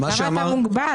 למה אתה מוגבל?